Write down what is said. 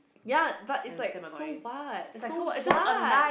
ya but it's like so what so what